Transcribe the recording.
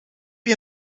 jij